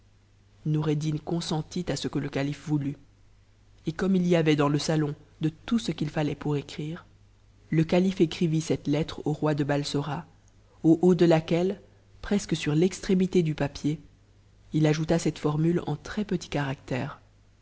noureddin consentit à ce que le calife voulut et comme il y avait dans le salon de tout ce qu'il fallait pour écrire le calife écrivit cette lettre au roi de balsora au haut de jaqueue presque sur l'extrémité du papier il ajouta cette formule en très petits caractères